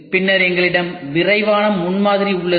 பின்னர் எங்களிடம் விரைவான முன்மாதிரி உள்ளது